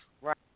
Right